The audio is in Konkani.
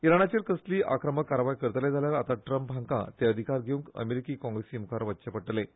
इराणाचेर कसलीय आक्रमक कारवाय करतले जाल्यार आतां ट्रंप हांकां ते अधिकार घेवंक अमेरीकी काँग्रेसी मुखार वचचें पडटलें